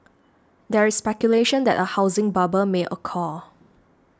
there is speculation that a housing bubble may occur